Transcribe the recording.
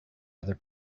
other